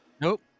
Nope